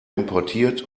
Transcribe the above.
importiert